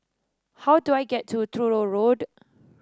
how do I get to Truro Road